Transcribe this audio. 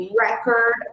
record